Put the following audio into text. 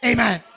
Amen